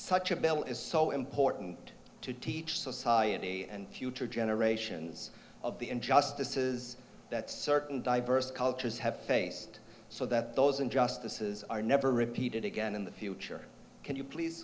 such a bill is so important to teach society and future generations of the injustices that certain diverse cultures have faced so that those injustices are never repeated again in the future can you please